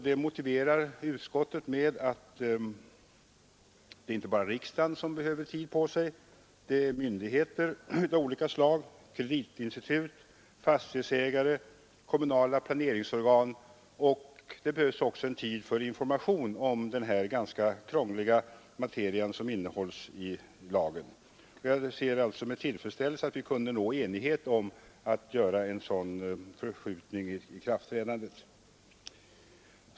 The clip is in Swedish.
Detta motiverar utskottet med att det inte bara är riksdagen som behöver tid på sig utan även myndigheter av olika slag, kreditinstitut, fastighetsägare och kommunala planeringsorgan. Det behövs också tid för information om den här ganska krångliga materian som ingår i lagen. Jag ser med tillfredsställelse att vi kunde nå enighet om förskjutningen av ikraftträdandet.